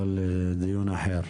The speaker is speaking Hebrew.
אבל זה לדיון אחר.